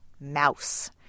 mouse